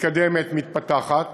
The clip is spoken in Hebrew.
מתקדמת, מתפתחת.